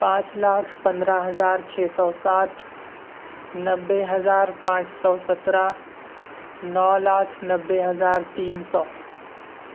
پانچ لاکھ پندرہ ہزار چھ سو سات نوے ہزار پانچ سو سترہ نو لاکھ نبے ہزار تین سو